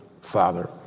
father